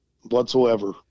whatsoever